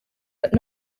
but